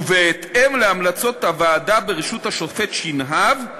ובהתאם להמלצות הוועדה בראשות השופט שנהב,